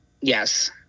Yes